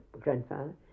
grandfather